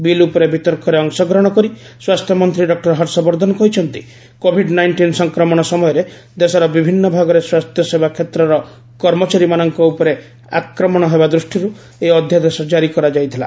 ବିଲ ଉପରେ ବିତର୍କରେ ଅଂଶଗ୍ରହଣ କରି ସ୍ୱାସ୍ଥ୍ୟମନ୍ତ୍ରୀ ଡକୁର ହର୍ଷବର୍ଦ୍ଧନ କହିଛନ୍ତି କୋଭିଡ୍ ନାଇଷ୍ଟିନ୍ ସଂକ୍ରମଣ ସମୟରେ ଦେଶର ବିଭିନ୍ନ ଭାଗରେ ସ୍ୱାସ୍ଥ୍ୟସେବା କ୍ଷେତ୍ରର କର୍ମଚାରୀମାନଙ୍କ ଉପରେ ଆକ୍ରମଣ ହେବା ଦୃଷ୍ଟିରୁ ଏହି ଅଧ୍ୟାଦେଶ ଜାରି କରାଯାଇଥିଲା